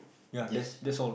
just